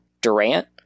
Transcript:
Durant